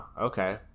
okay